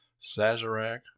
Sazerac